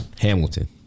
Hamilton